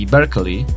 Berkeley